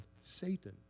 Satan